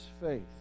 faith